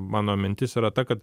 mano mintis yra ta kad